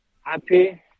happy